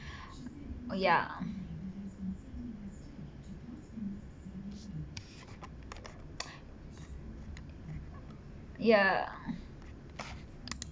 oh yeah yeah